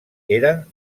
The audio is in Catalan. eren